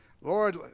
Lord